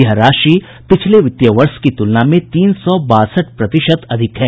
यह राशि पिछले वित्तीय वर्ष की तुलना में तीन सौ बासठ प्रतिशत अधिक है